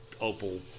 Opal